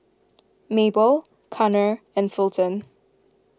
Mabel Connor and Fulton